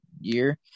year